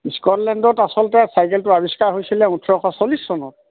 স্কটলেণ্ডত আচলতে চাইকেলটো আৱিষ্কাৰ হৈছিলে ওঠৰশ চল্লিছ চনত